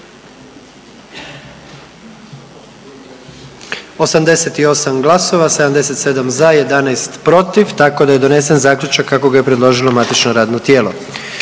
88 glasova, 77 za, 11 protiv tako da je donesen Zaključak kako ga je predložilo matično radno tijelo.